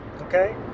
okay